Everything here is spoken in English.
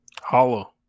Hollow